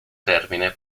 termine